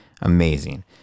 amazing